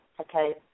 Okay